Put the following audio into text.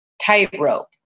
tightrope